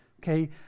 okay